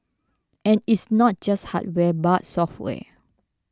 and it's not just hardware but software